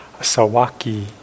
Sawaki